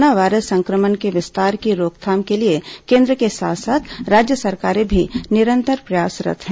corona virus संक्रमण के विस्तार की रोकथाम के लिए केन्द्र के साथ साथ राज्य सरकारें भी निरंतर प्रयासरत् है